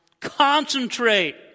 Concentrate